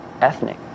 ethnic